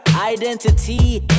Identity